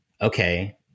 okay